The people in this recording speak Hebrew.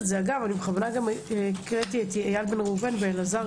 בכוונה הקראתי את איל בן ראובן ואלעזר